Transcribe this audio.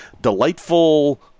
delightful